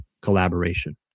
collaboration